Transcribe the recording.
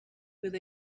with